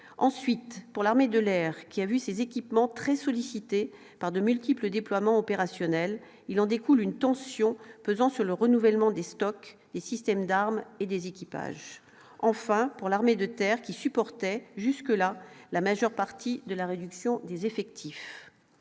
ensuite pour l'armée de l'air qui a vu ses équipements très sollicités par de multiples déploiements opérationnels, il en découle une tension pesant sur le renouvellement des stocks des systèmes d'armes et des équipages, enfin pour l'armée de terre qui supportait jusque-là la majeure partie de la réduction des effectifs